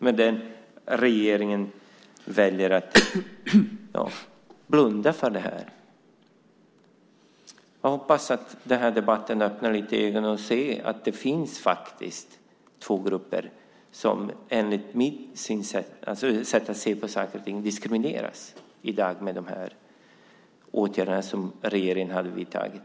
Men regeringen väljer att blunda för det här. Jag hoppas att den här debatten öppnar ögonen så att man ser att det faktiskt finns två grupper som enligt mitt sätt att se på saker och ting diskrimineras i dag med de åtgärder som regeringen har vidtagit.